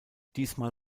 diesmal